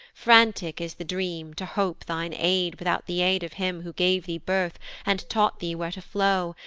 frantic is the dream to hope thine aid without the aid of him who gave thee birth and taught thee where to flow,